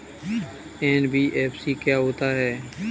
NBFC क्या होता है?